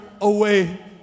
away